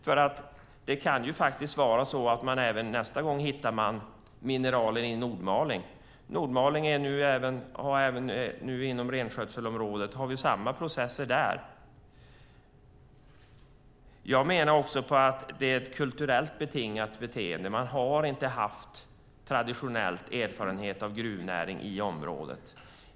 Nästa gång kanske man hittar mineraler i Nordmaling. Inom renskötselområdet i Nordmaling har vi samma processer i dag. Jag menar också att detta är ett kulturellt betingat beteende. Man har traditionellt ingen erfarenhet av gruväring i området.